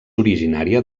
originària